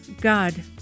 God